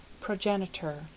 progenitor